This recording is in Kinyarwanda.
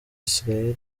israel